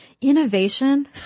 innovation